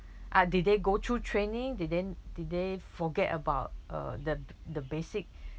ah did they go through training did they did they forget about uh the the basic